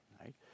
right